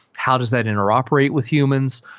how does that interoperate with humans?